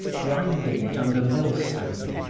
grinding it under millstone,